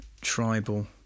tribal